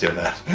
that